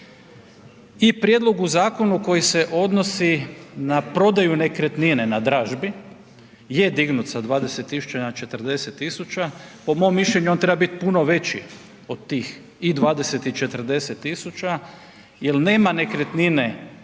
I prijedlogu u zakonu koji se odnosi na prodaju nekretnine na dražbi, je dignut sa 20 tisuća na 40 tisuća, po mom mišljenju on treba biti puno veći od tih i 20 i 40 tisuća jel nema nekretnine u Hrvatskoj